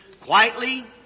Quietly